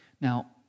Now